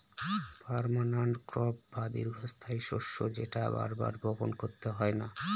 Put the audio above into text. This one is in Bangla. পার্মানান্ট ক্রপ বা দীর্ঘস্থায়ী শস্য যেটা বার বার বপন করতে হয় না